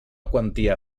quantia